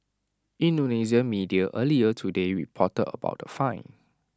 Indonesian media earlier today reported about the fine